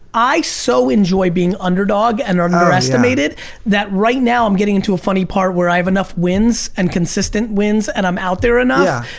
i so enjoy being underdog and under estimated that right now i'm getting to a funny part where i have enough wins and consistent wins and i'm out there and enough. ah